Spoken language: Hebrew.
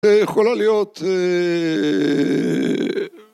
יכולה להיות הא...